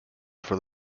for